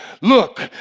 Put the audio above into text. look